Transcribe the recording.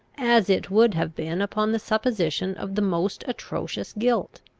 as it would have been upon the supposition of the most atrocious guilt.